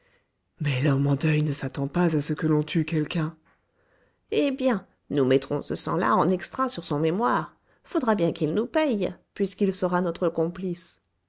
mais l'homme en deuil ne s'attend pas à ce que l'on tue quelqu'un eh bien nous mettrons ce sang là en extra sur son mémoire faudra bien qu'il nous paye puisqu'il sera notre complice